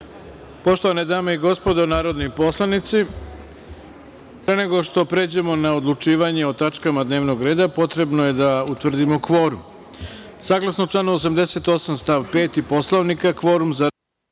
Poštovane dame i gospodo narodni poslanici, pre nego što pređemo na odlučivanje o tačkama dnevnog reda, potrebno je da utvrdimo kvorum. Saglasno članu 88. stav 5. Poslovnika Narodne